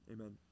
Amen